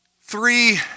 three